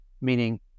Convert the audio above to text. meaning